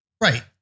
Right